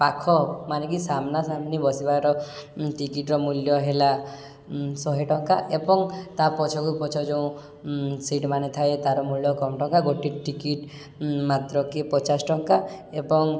ପାଖ ମାନେ କି ସାମ୍ନା ସାମ୍ନି ବସିବାର ଟିକିଟ୍ର ମୂଲ୍ୟ ହେଲା ଶହେ ଟଙ୍କା ଏବଂ ତା' ପଛକୁ ପଛ ଯେଉଁ ସିଟ୍ ମାନ ଥାଏ ତା'ର ମୂଲ୍ୟ କମ୍ ଟଙ୍କା ଗୋଟଏ ଟିକେଟ୍ ମାତ୍ର କି ପଚାଶ ଟଙ୍କା ଏବଂ